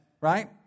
right